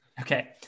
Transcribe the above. Okay